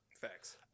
Facts